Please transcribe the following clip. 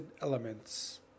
elements